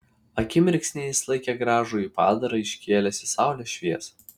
akimirksnį jis laikė gražųjį padarą iškėlęs į saulės šviesą